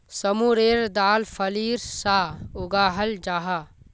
मसूरेर दाल फलीर सा उगाहल जाहा